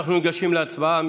אנחנו ניגשים להצבעה.